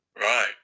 Right